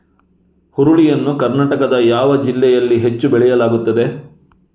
ಹುರುಳಿ ಯನ್ನು ಕರ್ನಾಟಕದ ಯಾವ ಜಿಲ್ಲೆಯಲ್ಲಿ ಹೆಚ್ಚು ಬೆಳೆಯಲಾಗುತ್ತದೆ?